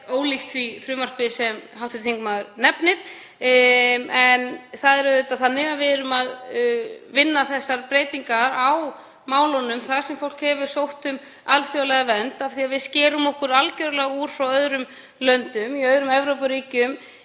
það ólíkt því frumvarpi sem hv. þingmaður nefnir. En það er auðvitað þannig að við erum að vinna þessar breytingar á málum þar sem fólk hefur sótt um alþjóðlega vernd af því að við skerum okkur algerlega úr frá öðrum löndum. Í öðrum Evrópuríkjum